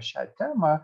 šią temą